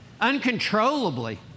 uncontrollably